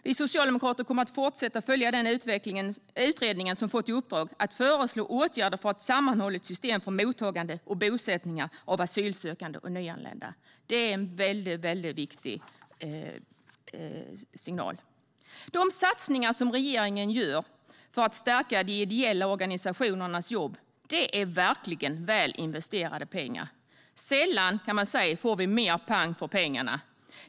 Vi socialdemokrater kommer att fortsätta följa den utredning som fått i uppdrag att föreslå åtgärder för ett sammanhållet system för mottagandet av och bosättningar för asylsökande och nyanlända. Det är en mycket viktig signal. De satsningar som regeringen gör för att stärka de ideella organisationernas jobb är verkligen väl investerade pengar. Sällan, kan man säga, får vi mer pang för pengarna.